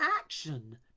action